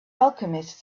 alchemist